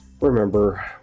remember